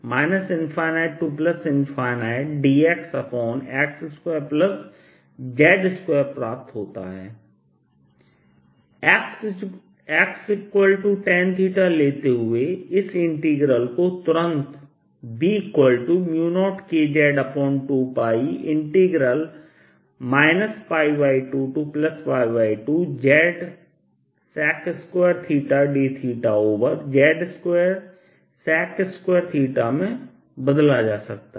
dB02πKdxx2z2zx2z2 B0Kz2π ∞dxx2z2 xTan लेते हुए इस इंटीग्रल को तुरंत B0Kz2π 22zsec2θdθz2sec2 में बदला जा सकता है